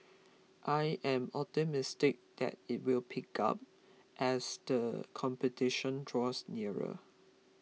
I am optimistic that it will pick up as the competition draws nearer